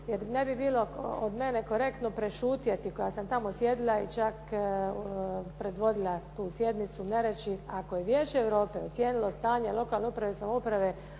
jer ne bi bilo od mene korektno prešutjeti koja sam tamo sjedila i čak predvodila tu sjednicu ne reći, ako je Vijeće Europe ocijenilo stanje lokalne uprave i samouprave